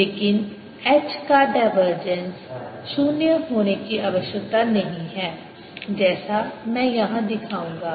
लेकिन H का divergence शून्य होने की आवश्यकता नहीं है जैसा मैं यहां दिखाऊंगा